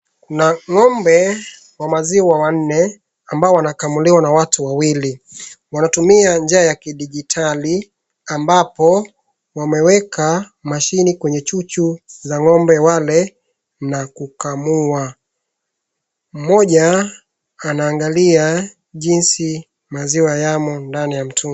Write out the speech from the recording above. Kuna ng'ombe wa maziwa wanne, ambao wanakamuliwa na watu wawili. Wanatumia njia ya kidijitali ambapo wameweka mashini kwenye chuchu za ng'ombe wanne na kukamua. Mmoja anaangalia jinsi maziwa yamo ndani ya mtungi.